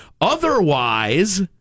Otherwise